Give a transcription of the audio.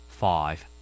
five